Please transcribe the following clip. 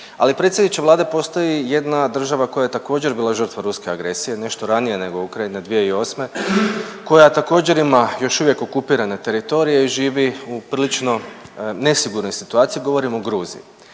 Ali predsjedniče vlade postoji jedna država koja je također bila žrtva ruske agresija, nešto ranije nego Ukrajina, 2008., koja također ima još uvijek okupirane teritorije i živi u prilično nesigurnoj situaciji, govorim o Gruziji,